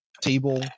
table